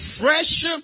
fresh